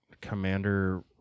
Commander